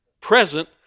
present